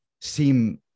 seem